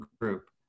Group